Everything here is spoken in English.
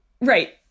right